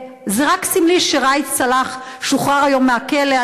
זה רק סמלי שראאד סלאח שוחרר היום מהכלא.